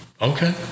Okay